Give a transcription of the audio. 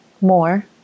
more